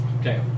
Okay